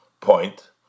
Point